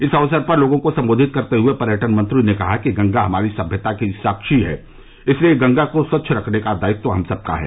इस अवसर पर लोगों को संबोधित करते हुए पर्यटन मंत्री ने कहा कि गंगा हमारी सभ्यता की साक्षी है इसलिए गंगा को स्वच्छ रखने का दायित्व हम सबका है